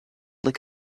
like